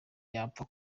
yapfa